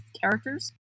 characters